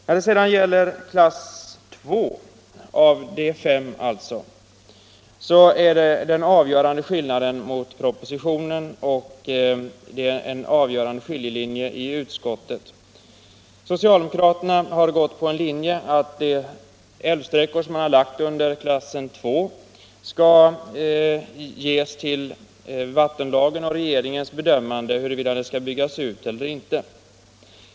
När det gäller klass 2 - av de fem klasserna —- finns den avgörande skillnaden gentemot propositionen, och det är en avgörande skiljelinje i utskottet. Socialdemokraterna har gått på den linjen att de älvsträckor som hör till klass 2 skall underkastas vattenlagen och regeringens bedömande huruvida de skall byggas ut eller inte.